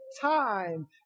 time